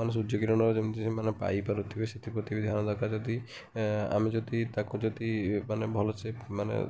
ମାନେ ସୂର୍ଯ୍ୟ କିରଣ ଯେମିତି ସେମାନେ ପାଇଁ ପାରୁଥିବେ ସେଥି ପ୍ରତି ବି ଧ୍ୟାନ ଦରକାର ଯଦି ଆମେ ଯଦି ତାକୁ ଯଦି ମାନେ ଭଲସେ ମାନେ